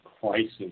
crisis